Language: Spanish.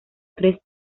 tres